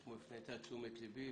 אתמול הפנתה את תשומת ליבי,